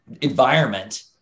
environment